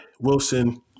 Wilson